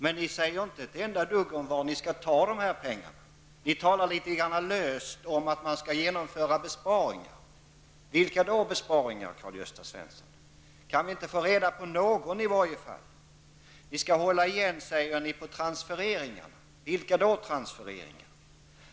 Men ni säger inte ett enda dugg om var ni skall ta dessa pengar. Ni talar litet grand löst om att genomföra besparingar. Vilka besparingar är det fråga om, Karl-Gösta Svenson? Kan vi inte i varje fall få veta någon? Ni säger att ni skall hålla igen på transfereringar. Vilka transfereringar?